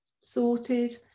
sorted